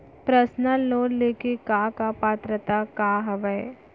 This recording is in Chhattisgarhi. पर्सनल लोन ले के का का पात्रता का हवय?